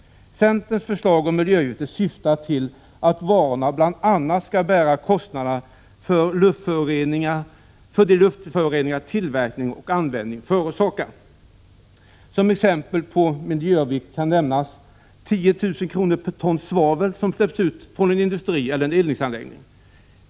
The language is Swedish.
Centerns förslag om miljöavgifter syftar till att varorna bl.a. skall bära kostnaderna för de luftföroreningar tillverkning och användning förorsakar. Som exempel på miljöavgift kan nämnas 10 000 kr. per ton svavel som släpps ut från en industri eller en eldningsanläggning.